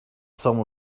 some